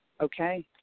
Okay